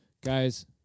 guys